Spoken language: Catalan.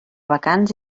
vacants